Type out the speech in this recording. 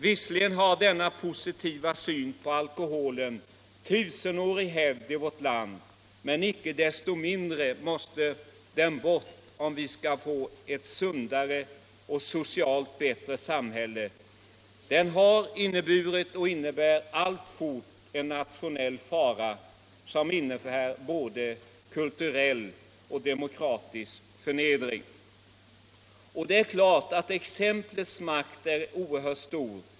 Visserligen har denna positiva syn på alkoholen tusenårig hävd i vårt land, men icke desto mindre måste den bort om vi skall få ett sundare och socialt bättre samhälle. Den har inneburit och innebär alltfort en nationell fara som medför både kulturell och demokratisk förnedring. Det är klart att exemplets makt är oerhört stor.